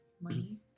Money